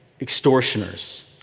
extortioners